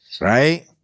Right